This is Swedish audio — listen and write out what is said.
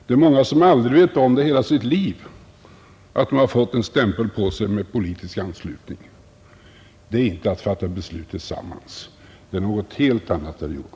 Det är många som aldrig i hela sitt liv vet om att de har fått en stämpel på sig med politisk anslutning. Det är inte att fatta beslut tillsammans — det är någonting helt annat, herr Johansson.